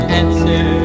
answer